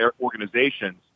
organizations